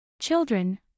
children